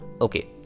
okay